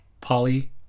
Polly